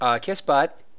kiss-butt